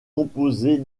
composé